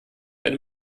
eine